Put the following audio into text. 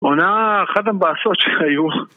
עונה, אחד המבעסות שהיו